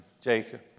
Jacob